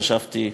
חשבתי,